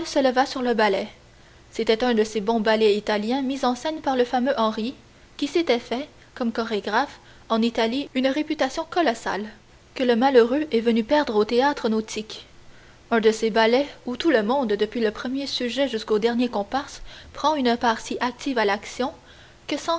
sur le ballet c'était un de ces bons ballets italiens mis en scène par le fameux henri qui s'était fait comme chorégraphe en italie une réputation colossale que le malheureux est venu perdre au théâtre nautique un de ces ballets où tout le monde depuis le premier sujet jusqu'au dernier comparse prend une part si active à l'action que